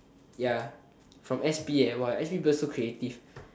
ya from s_p eh !wah! s_p people so creative